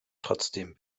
trotzdem